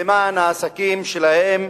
למען העסקים שלהם,